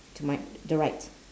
to my the right